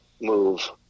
move